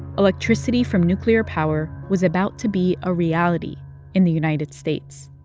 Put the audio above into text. electricity from nuclear power was about to be a reality in the united states